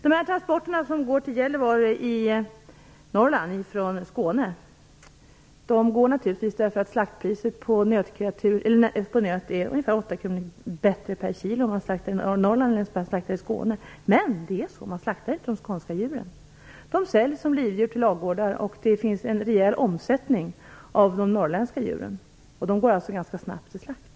De transporter som går till Gällivare i Norrland från Skåne går naturligtvis därför att slaktpriset på nöt är ungefär 8 kr högre per kilo om man slaktar i Norrland än om man slaktar i Skåne. Men man slaktar inte de skånska djuren, utan de säljs som livdjur till ladugårdar, och det finns en rejäl omsättning av de norrländska djuren. De går alltså ganska snabbt till slakt.